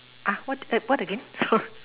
ah what what again sorry